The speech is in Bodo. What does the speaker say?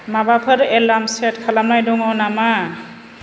माबाफोर एलार्म सेट खालामनाय दङ नामा